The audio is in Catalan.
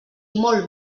molt